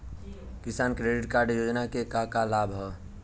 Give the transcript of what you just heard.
किसान credit card योजना के का का लाभ ह?